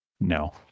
No